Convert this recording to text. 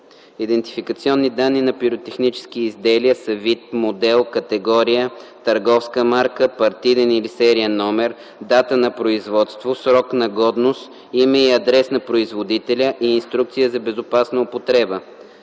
„Идентификационни данни на пиротехническите изделия” са вид, модел, категория, търговска марка, партиден или сериен номер, дата на производство, срок на годност, име и адрес на производителя и инструкция за безопасна употреба.